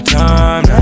time